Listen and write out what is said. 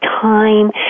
time